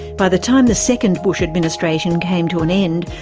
by the time the second bush administration came to an end,